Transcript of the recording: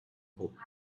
hope